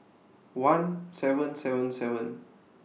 one seven seven seven